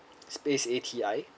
space A T I